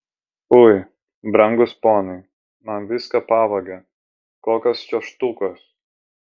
ui brangūs ponai man viską pavogė kokios čia štukos